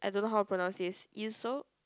I don't know how to pronounce this easel